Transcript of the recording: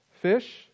Fish